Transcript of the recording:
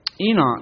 Enoch